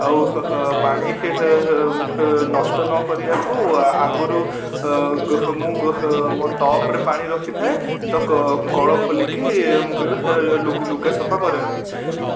ଆଉ ପାଣି ନଷ୍ଟ ନ କରିବାକୁ ଆଗରୁ ମୁଁ ମୋର ଟପ୍ରେ ପାଣି ରଖିଥାଏ ତ କଳ ଖୋଲିକି ମୁଁ କେବେ ଲୁଗା ସଫା କରେନାହିଁ